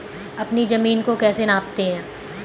अपनी जमीन को कैसे नापते हैं?